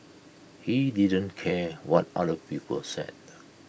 he didn't care what other people said